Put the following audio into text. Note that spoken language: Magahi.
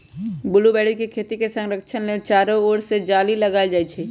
ब्लूबेरी के खेती के संरक्षण लेल चारो ओर से जाली लगाएल जाइ छै